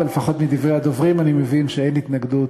אבל לפחות מדברי הדוברים אני מבין שאין התנגדות